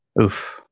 oof